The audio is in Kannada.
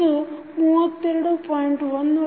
ಇದು 32